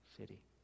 city